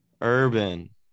Urban